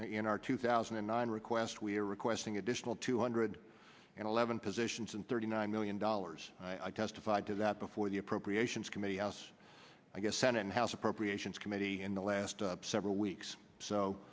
in our two thousand and nine request we are requesting additional two hundred eleven position and thirty nine million dollars i testified to that before the appropriations committee house i guess senate and house appropriations committee in the last several weeks so